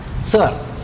Sir